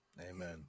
Amen